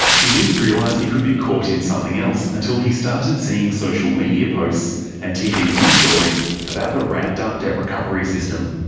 he didn't realise he could be caught in something else until he started seeing social media posts and tv news stories about the ramped up debt recovery system.